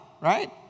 Right